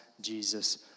Jesus